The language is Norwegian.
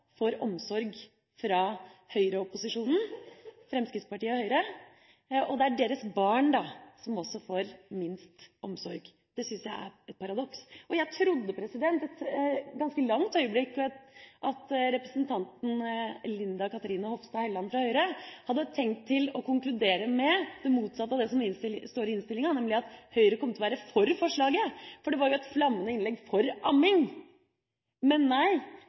omsorg fra høyreopposisjonen, Fremskrittspartiet og Høyre, og det syns jeg er et paradoks. Jeg trodde ganske lenge at representanten Linda Cathrine Hofstad Helleland fra Høyre hadde tenkt å konkludere med det motsatte av det som står i innstillinga, nemlig at Høyre kommer til å være for forslaget, for det var jo et flammende innlegg for amming, men, nei.